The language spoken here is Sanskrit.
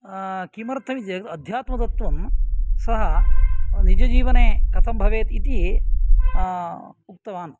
किमर्थम् इति चेत् अध्यात्मतत्त्वं सः निजजीवने कथं भवेत् इति उक्तवान्